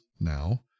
now